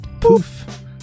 Poof